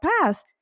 path